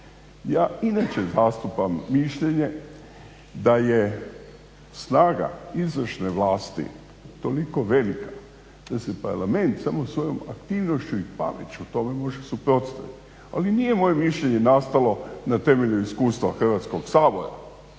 Ja inače zastupam mišljenje da je snaga izvršne vlasti toliko velika da se Parlament samo svojom aktivnošću i pameću tome može suprotstaviti, ali nije moje mišljenje nastalo na temelju iskustva Hrvatskog sabora.